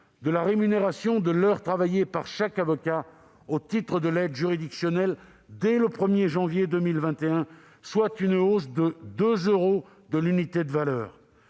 de la rémunération de l'heure travaillée par chaque avocat au titre de l'aide juridictionnelle et ce, je le redis, dès le 1janvier 2021, soit une hausse de 2 euros de l'unité de valeur